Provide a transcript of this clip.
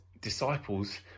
disciples